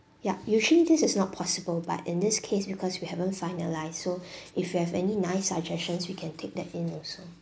ya usually this is not possible but in this case because we haven't finalise so if you have any nice suggestions we can take that in also